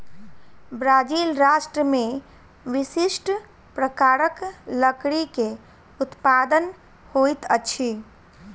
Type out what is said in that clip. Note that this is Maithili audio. ब्राज़ील राष्ट्र में विशिष्ठ प्रकारक लकड़ी के उत्पादन होइत अछि